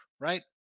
right